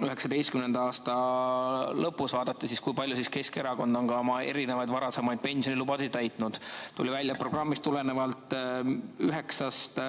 2019. aasta lõpus vaadati, kui palju Keskerakond on oma erinevaid varasemaid pensionilubadusi täitnud. Tuli välja, et programmis olevast üheksast